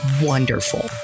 wonderful